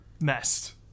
messed